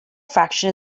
fraction